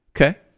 Okay